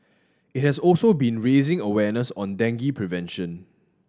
it has also been raising awareness on dengue prevention